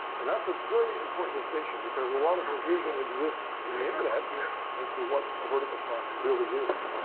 and that's a very important distinction, because a lot of confusion and exists in the internet as to what a vertical from really is.